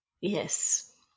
Yes